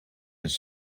his